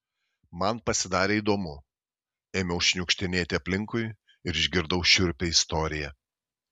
man pasidarė įdomu ėmiau šniukštinėti aplinkui ir išgirdau šiurpią istoriją